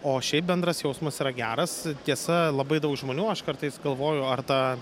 o šiaip bendras jausmas yra geras tiesa labai daug žmonių aš kartais galvoju ar ta